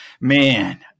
man